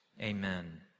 Amen